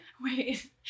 Wait